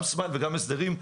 גם סמייל וגם הסדרים,